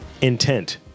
Intent